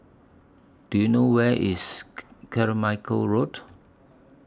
Do YOU know Where IS Carmichael Road